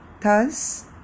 thus